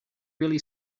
really